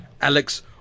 Alex